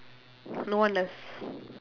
more or less